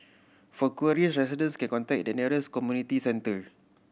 for queries resident can contact their nearest community centre